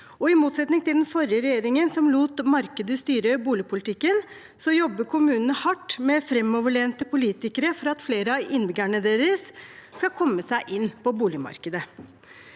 i motsetning til den forrige regjeringen, som lot markedet styre boligpolitikken, jobber kommunene hardt med framoverlente politikere for at flere av innbyggerne deres skal komme seg inn på boligmarkedet.